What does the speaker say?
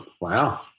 Wow